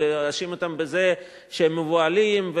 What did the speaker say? להאשים אותם שהם מבוהלים,